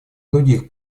других